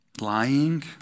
Lying